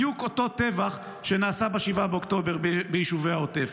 בדיוק אותו טבח שנעשה ב-7 באוקטובר ביישובי העוטף.